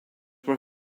were